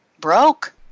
broke